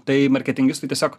tai marketingistų tiesiog